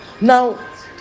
now